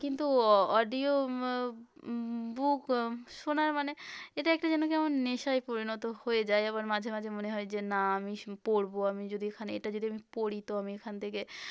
কিন্তু audio book শোনার মানে এটা একটা যেন কেমন নেশায় পরিণত হয়ে যায় আবার মাঝে মাঝে মনে হয় যে না আমি শ পড়ব আমি যদি এখানে এটা যদি আমি পড়ি তো আমি এখান থেকে